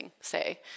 say